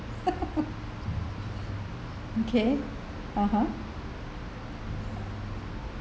okay (uh huh)